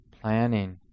planning